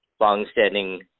longstanding